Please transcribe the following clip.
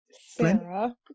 Sarah